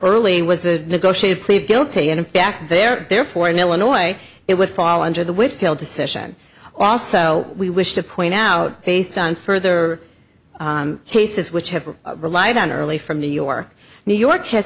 early was a negotiated plea of guilty and in fact there are therefore in illinois it would fall under the whitfield decision also we wish to point out based on further haste as which have relied on early from new york new york has